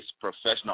professional